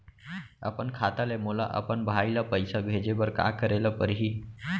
अपन खाता ले मोला अपन भाई ल पइसा भेजे बर का करे ल परही?